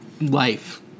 life